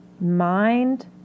mind